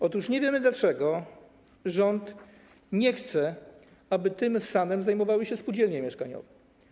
Otóż nie wiemy, dlaczego rząd nie chce, aby tym samym zajmowały się spółdzielnie mieszkaniowe.